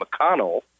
McConnell